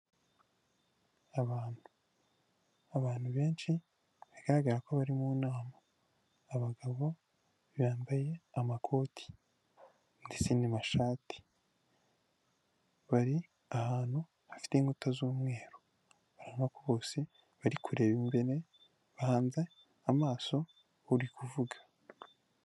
Abantu, abantu benshi bigaragara ko bari mu nama, abagabo bambaye amakote nditse n'amashati bari ahantu hafite inkuta z'umweru, ubona ko bose bari kureba imbere bahanze amaso uri kuvuga.